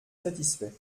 satisfait